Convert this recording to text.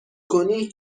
کنی